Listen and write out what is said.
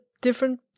different